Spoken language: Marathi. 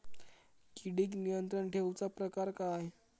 किडिक नियंत्रण ठेवुचा प्रकार काय?